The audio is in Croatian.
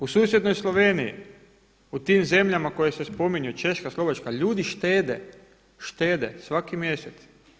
U susjednoj Sloveniji zemljama koje se spominju Češka, Slovačka ljudi štede, štede svaki mjesec.